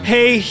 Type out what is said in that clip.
Hey